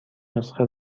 نسخه